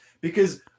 Because-